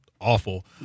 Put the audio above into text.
awful